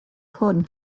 hwn